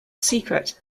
secret